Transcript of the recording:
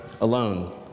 alone